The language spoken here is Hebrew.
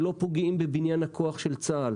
שלא פוגעים בבניין הכוח של צה"ל.